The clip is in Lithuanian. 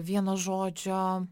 vieno žodžio